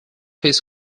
his